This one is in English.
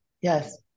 yes